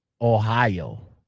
Ohio